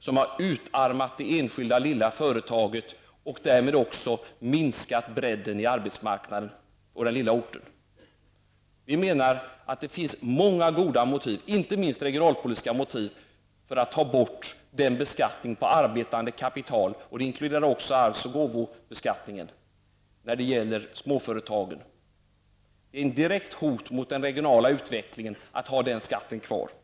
Enskilda, små företag har utarmats, och därmed har också bredden i arbetsmarknaden på den lilla orten minskat. Vi moderater menar att det finns många goda motiv -- inte minst regionalpolitiska -- för att ta bort beskattningen på arbetande kapital när det gäller småföretagen, och då inkluderas också arvs och gåvobeskattningen. Det är ett direkt hot mot den regionala utvecklingen att ha den skatten kvar.